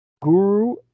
Guru